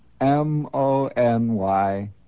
M-O-N-Y